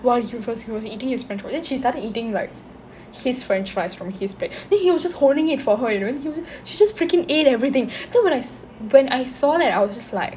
while he was he was eating his french fries then she started eating like his french fries from his bag then he was just holding it for her you know and then he was she just freaking ate everything so when I when I saw that I was just like